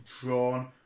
drawn